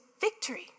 victory